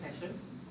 sessions